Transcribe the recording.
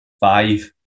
five